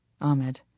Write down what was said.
Ahmed